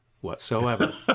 whatsoever